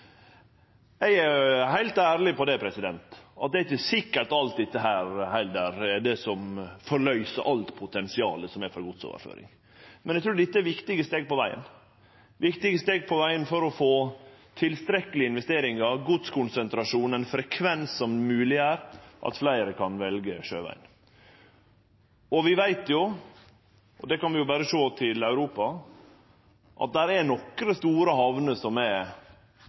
Eg er heilt ærleg på at det heller ikkje er sikkert at alt dette forløyser alt potensial for godsoverføring, men eg trur dette er viktige steg på vegen for å få tilstrekkelege investeringar, godskonsentrasjon, ein frekvens som mogleggjer at fleire kan velje sjøvegen. Og vi veit jo – vi kan berre sjå til Europa – at det er nokre store hamner som verkeleg er